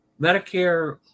Medicare